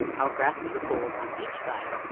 i'll grasp the fold on each side,